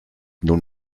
nun